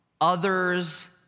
Others